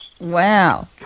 Wow